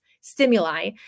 stimuli